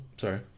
sorry